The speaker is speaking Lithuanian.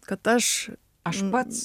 kad aš aš pats